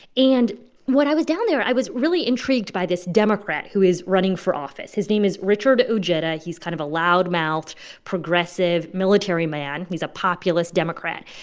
and when i was down there, i was really intrigued by this democrat who is running for office. his name is richard ojeda. he's kind of a loud-mouthed progressive military man. he's a populist democrat.